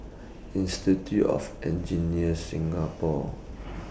Institute of Engineers Singapore